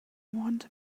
want